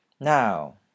Now